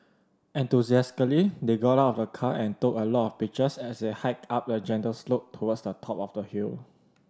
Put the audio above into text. enthusiastically they got out of the car and took a lot of pictures as they hiked up a gentle slope towards the top of the hill